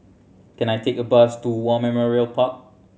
can I take a bus to War Memorial Park